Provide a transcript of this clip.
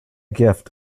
gift